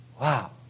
Wow